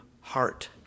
heart